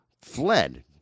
fled